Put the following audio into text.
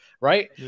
right